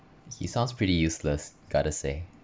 he sounds pretty useless gotta say